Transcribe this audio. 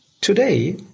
Today